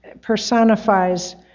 personifies